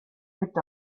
picked